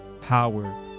power